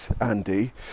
Andy